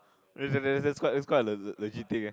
wait that's quite that's quite a legit thing eh